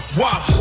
wow